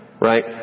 Right